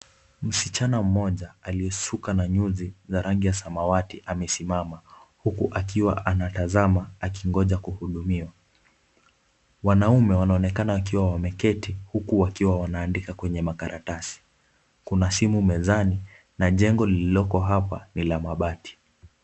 Msichana mmoja aliyesuka na nyuzi za rangi ya samawati amesimama huku akiwa anatazama akingojea kuhudumiwa. Wanaume wanaonekana wakiwa wameketi huku wakiwa wanaandika kwenye makaratasi. Kuna simu mezani na jengo lililoko hapa ni la mabati.